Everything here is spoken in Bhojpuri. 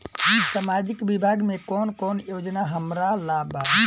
सामाजिक विभाग मे कौन कौन योजना हमरा ला बा?